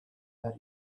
that